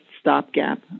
stopgap